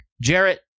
Jarrett